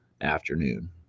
afternoon